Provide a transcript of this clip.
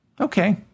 Okay